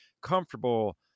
comfortable